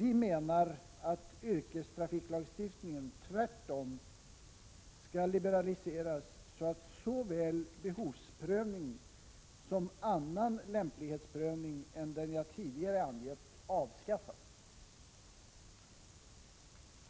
Vi menar att yrkestrafiklagstiftningen tvärtom skall liberaliseras så att såväl behovsprövningen som annan lämplighetsprövning än den jag tidigare angett avskaffas.